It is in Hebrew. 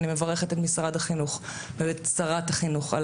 אני מברכת את משרד החינוך ואת שרת החינוך על